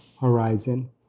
horizon